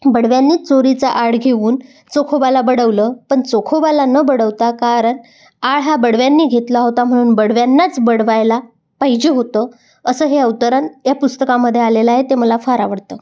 बडव्यांनी चोरीचा आळ घेऊन चोखोबाला बडवलं पण चोखोबाला न बडवता कारण आळ हा बडव्यांनी घेतला होता म्हणून बडव्यांनाच बडवायला पाहिजे होतं असं हे अवतरण या पुस्तकामध्ये आलेलं आहे ते मला फार आवडतं